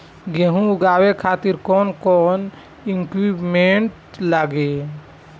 गेहूं उगावे खातिर कौन कौन इक्विप्मेंट्स लागी?